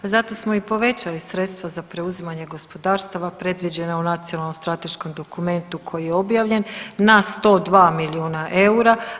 Zato smo i povećali sredstva za preuzimanje gospodarstava predviđena u nacionalnom strateškom dokumentu koji je objavljen na 102 milijuna EUR-